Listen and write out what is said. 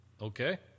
okay